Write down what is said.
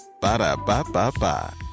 Ba-da-ba-ba-ba